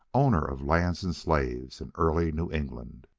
owner of lands and slaves in early new england.